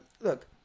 look